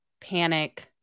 panic